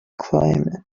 climate